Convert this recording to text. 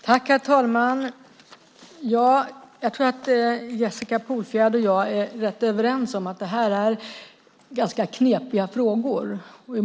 Herr talman! Jag tror att Jessica Polfjärd och jag är rätt överens om att det här är ganska knepiga frågor.